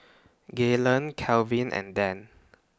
Gaylen Kevin and Dann